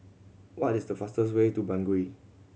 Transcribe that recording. what is the fastest way to Bangui